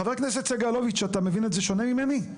חבר הכנסת סגלוביץ', אתה מבין את זה שונה ממני?